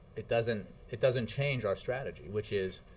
it doesn't it doesn't change our strategy, which is